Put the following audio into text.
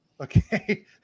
okay